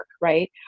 right